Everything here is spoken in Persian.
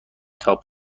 تاپ